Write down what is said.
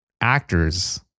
actors